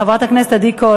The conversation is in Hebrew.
חברת הכנסת עדי קול,